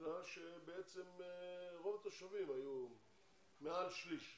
בגלל שבעצם רוב התושבים, מעל שליש,